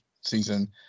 season